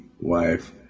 wife